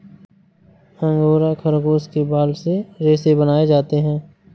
angora खरगोश के बाल से रेशे बनाए जाते हैं